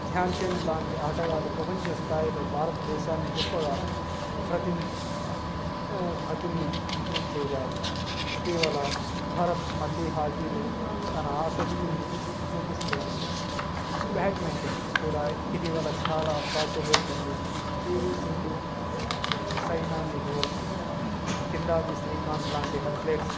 than Chand లాంటి ఆటగాళ్ళు ప్రపంచ స్థాయిలో భారతదేశాన్ని గొప్పగా ప్రతిని ప్రాతినిత్యం చేశారు ఇటీవల భారత్ మళ్ళీ హాకీలో తన ఆసక్తిని చూపిస్తోంది బ్యాట్మెంటన్ కూడా ఇటీవల చాలా ప్రాచుర్యం పొందింది పీవీ సింధు సైనా నెహ్వాల్ కిందాబి శ్రీకాంత్ లాంటి అథ్లెట్స్